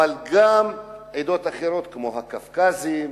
וגם עדות אחרות כמו הקווקזים,